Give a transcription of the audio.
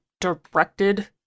directed